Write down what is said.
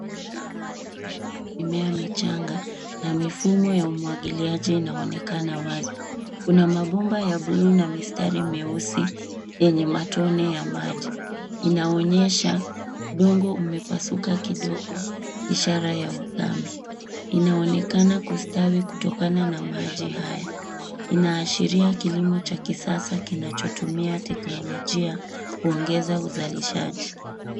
Mimea michanga na mifumo ya umwagiliaji inaonekana wazi. Kuna mabomba ya bluu na mistari meusi yenye matone ya maji. Inaonyesha udongo umepasuka kidogo ishara ya ukame. Inaonekana kustawi kutokana na maji haya. Inaashiria kilimo cha kisasa kinachotumia teknolojia kuongeza uzalishaji.